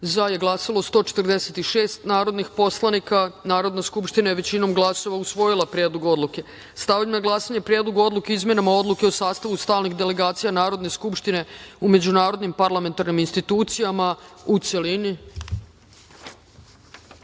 za – 146 narodnih poslanika. Narodna skupština je većinom glasova usvojila Predlogu odluke. Stavljam na glasanje Predlog odluke o izmenama Odluke o sastavu stalnih delegacija Narodne skupštine u međunarodnim parlamentarnim institucijama, u